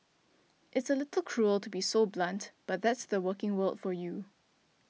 it's a little cruel to be so blunt but that's the working world for you